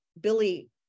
Billy